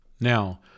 Now